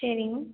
சேரிங்க மேம்